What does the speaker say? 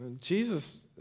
Jesus